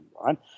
right